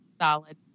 Solid